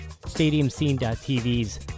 StadiumScene.tv's